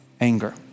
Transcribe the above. anger